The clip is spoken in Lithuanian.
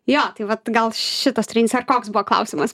jo tai vat gal šitas trincer koks buvo klausimas